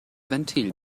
ventil